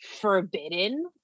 forbidden